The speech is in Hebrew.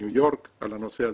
בניו יורק על הנושא הזה,